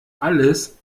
alles